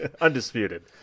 Undisputed